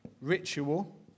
ritual